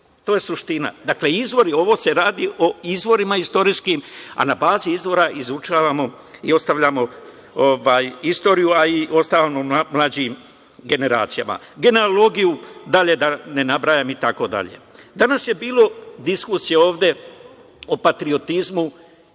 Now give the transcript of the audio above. to je suština. Dakle, ovo se radi o izvorima istorijskim, a na bazi izvora izučavamo i ostavljamo istoriju, a i ostavljamo mlađim generacijama. Generalogiju, dalje da ne nabrajam, itd. Danas je bilo diskusije ovde o patriotizmu